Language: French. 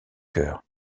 cœur